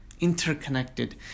interconnected